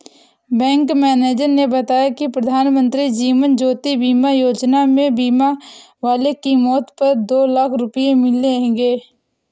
bank manager ने बताया कि प्रधानमंत्री जीवन ज्योति बीमा योजना में बीमा वाले की मौत पर दो लाख रूपये मिलेंगे